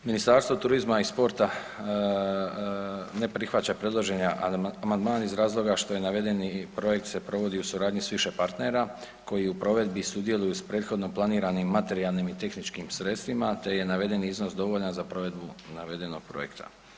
Ministarstvo turizma i sporta ne prihvaća predloženi amandman iz razloga što je navedeni projekt se provodi u suradnji s više partnera koji u provedbi sudjeluju s prethodno planiranim materijalnim i tehničkim sredstvima te je navedeni iznos dovoljan za provedbu navedenog projekta.